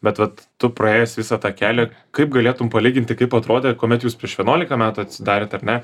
bet vat tu praėjęs visą tą kelią kaip galėtum palyginti kaip atrodė kuomet jūs prieš vienuolika metų atsidarėt ar ne